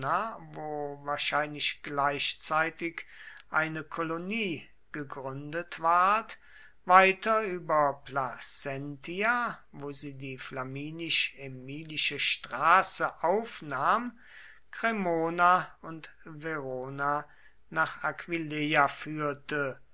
wo wahrscheinlich gleichzeitig eine kolonie gegründet ward weiter über placentia wo sie die flaminisch ämilische straße aufnahm cremona und verona nach aquileia führte